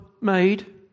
made